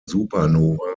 supernova